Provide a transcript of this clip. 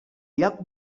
lloc